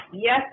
Yes